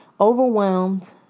Overwhelmed